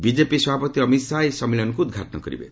BJP ସଭାପତି ଅମୀତ ଶାହା ଏହି ସମ୍ମିଳନୀକୃ ଉଦ୍ଘାଟନ କରିବେ